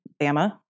Bama